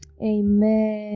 amen